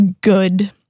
good